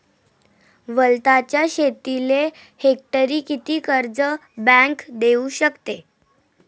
वलताच्या शेतीले हेक्टरी किती कर्ज बँक देऊ शकते?